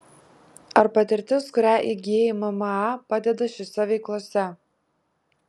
ar patirtis kurią įgijai mma padeda šiose veiklose